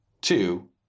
two